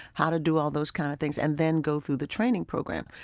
how to do all those kinds of things, and then go through the training program.